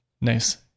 Nice